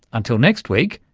until next week,